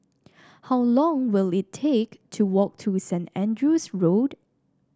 how long will it take to walk to Saint Andrew's Road